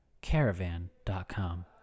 Caravan.com